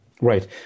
Right